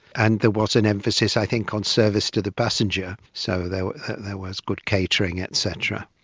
and there was an emphasis i think on service to the passenger. so there there was good catering et cetera.